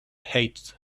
heights